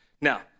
Now